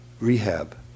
rehab